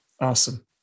Awesome